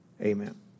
Amen